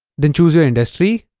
then choose your industry